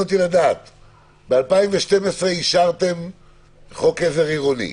ב-2012 אישרתם חוק עזר עירוני,